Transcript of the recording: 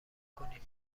کنیم